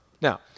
Now